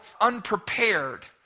unprepared